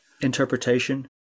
interpretation